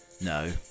No